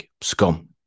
scum